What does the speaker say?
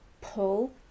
pull